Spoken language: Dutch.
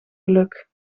geluk